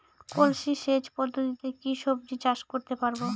কলসি সেচ পদ্ধতিতে কি সবজি চাষ করতে পারব?